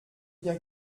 bien